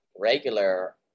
regular